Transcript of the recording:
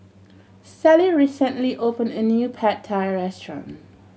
Sallie recently opened a new Pad Thai Restaurant